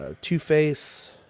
Two-Face